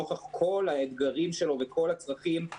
נוכח כל האתגרים שלו וכל הצרכים,